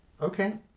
okay